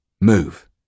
move